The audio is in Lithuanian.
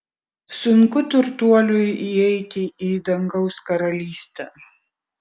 sunku turtuoliui įeiti į dangaus karalystę